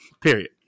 Period